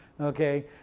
okay